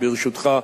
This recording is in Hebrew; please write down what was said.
ברשותך,